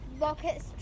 rockets